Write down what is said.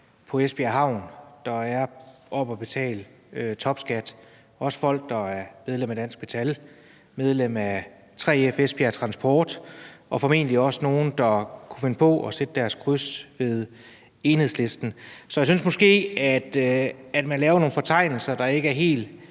på Esbjerg Havn, der er oppe at betale topskat, også folk, der er medlem af Dansk Metal eller medlem af 3F Esbjerg Transport, og formentlig også nogle, der kunne finde på at sætte deres kryds ved Enhedslisten. Så jeg synes måske, man laver nogle fortegnelser og fremstiller det